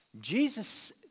Jesus